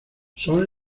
son